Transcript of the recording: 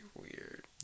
weird